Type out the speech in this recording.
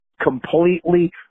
completely